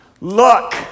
look